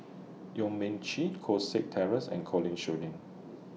Yong Mun Chee Koh Seng Kiat Terence and Colin Schooling